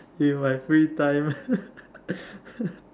in my free time